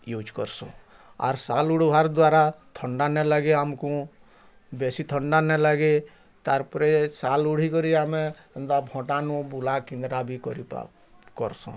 use କରସୁଁ ଆର୍ ସାଲ୍ ଉଡ଼ବାର୍ ଦ୍ୱାରା ଥଣ୍ଡା ନାଇଁ ଲାଗେ ଆମକୁ ବେଶି ଥଣ୍ଡା ନାଇଁ ଲାଗେ ତାର୍ ପରେ ସାଲ୍ ଉଢିକରି ଆମେ ଏନ୍ତା ଫଠାନୁ ବୁଲା କେନ୍ଦ୍ରା ବି କରିପାର କରସୁଁ